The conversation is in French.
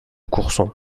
courson